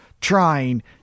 trying